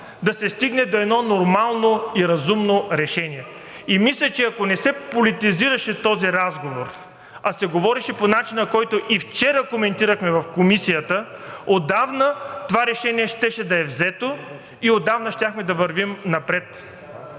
да се стигне до едно нормално и разумно решение. И мисля, че ако не се политизираше този разговор, а се говореше по начина, по който и вчера коментирахме в Комисията, отдавна това решение щеше да е взето и отдавна щяхме да вървим напред.